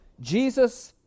Jesus